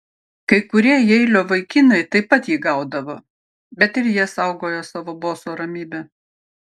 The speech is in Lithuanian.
kai kurie jeilio vaikinai taip pat jį gaudavo bet ir jie saugojo savo boso ramybę